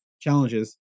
challenges